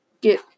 get